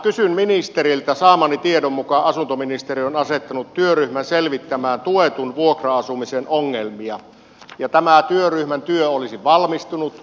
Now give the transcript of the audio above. kysyn ministeriltä kun saamani tiedon mukaan asuntoministeri on asettanut työryhmän selvittämään tuetun vuokra asumisen ongelmia ja tämän työryhmän työ olisi valmistunut